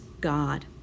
God